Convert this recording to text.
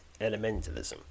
elementalism